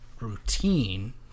routine